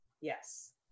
Yes